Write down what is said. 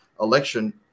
election